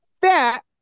fat